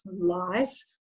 lies